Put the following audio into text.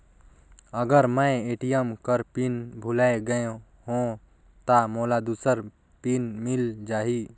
अगर मैं ए.टी.एम कर पिन भुलाये गये हो ता मोला दूसर पिन मिल जाही?